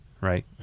right